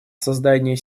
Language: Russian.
создания